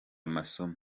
masomo